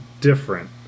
different